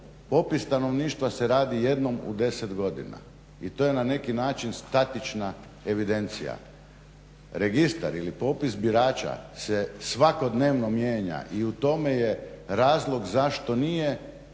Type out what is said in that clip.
popis stanovništva se radi jednom u 10 godina i to je na neki način statična evidencija. Registar ili popis birača se svakodnevno mijenja i u tome je razlog zašto nije